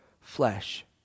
flesh